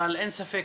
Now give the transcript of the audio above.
אבל אין ספק,